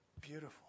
Beautiful